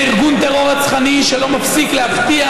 ארגון טרור רצחני שלא מפסיק להפתיע,